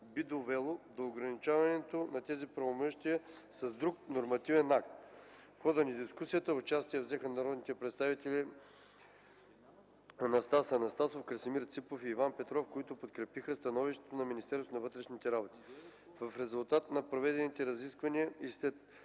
би довело до ограничаване на тези правомощия с друг нормативен акт. В хода на дискусията участие взеха народните представители Анастас Анастасов, Красимир Ципов и Иван Петров, които подкрепиха становището на Министерството на вътрешните работи. В резултат на проведените разисквания и след